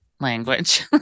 language